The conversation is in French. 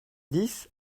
dix